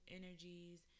energies